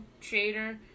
trader